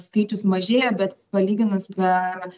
skaičius mažėja bet palyginus per